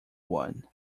one